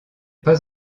pas